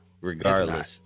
regardless